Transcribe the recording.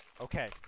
Okay